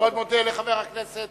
אני מאוד מודה לחבר הכנסת